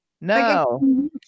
no